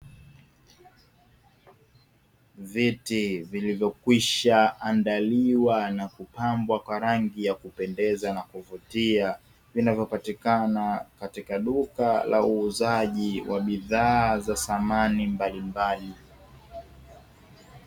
Viti vilivyokwisha andaliwa na kupambwa kwa rangi ya kupendeza na kuvutia, vinavyopatikana katika duka la uuzaji wa bidhaa za samani mbalimbali.